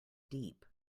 deep